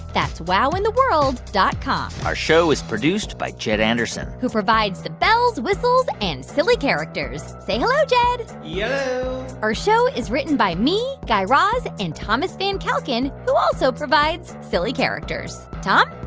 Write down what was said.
that's wowintheworld dot com our show is produced by jed anderson who provides the bells, whistles and silly characters. say hello, jed yello yeah our show is written by me, guy raz and thomas van kalken, who also provides silly characters. tom?